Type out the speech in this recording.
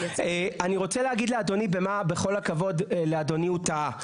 אני רוצה להגיד לאדוני במה בכל הכבוד לאדוני הוא טעה.